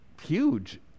huge